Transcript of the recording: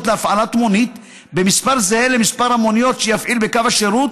להפעלת מונית במספר זהה למספר המוניות שיפעיל בקו השירות